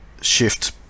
shift